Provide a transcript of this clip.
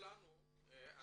אני